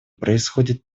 происходят